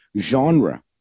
genre